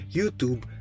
YouTube